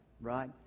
Right